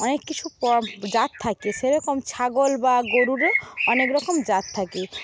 অনেক কিছু জাত থাকে সেরকম ছাগল বা গরুরও অনেক রকম জাত থাকে